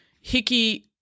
Hickey